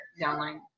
downline